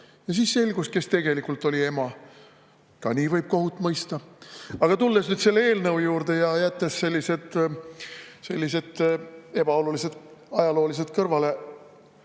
Ja siis selgus, kes tegelikult oli ema. Ka nii võib kohut mõista. Tulen nüüd selle eelnõu juurde ja jätan sellised ebaolulised ajaloolised kõrvalekalded